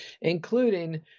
including